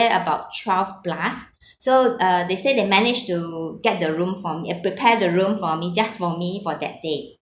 about twelve plus so uh they said they managed to get the room for me uh prepare the room for me just for me for that day